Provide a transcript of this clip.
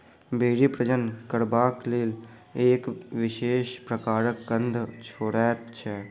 भेंड़ी प्रजनन करबाक लेल एक विशेष प्रकारक गंध छोड़ैत छै